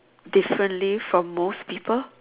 differently from most people